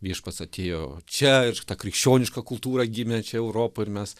viešpats atėjo čia ir ta krikščioniška kultūra gimė čia europoj ir mes